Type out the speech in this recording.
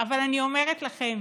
אבל אני אומרת לכם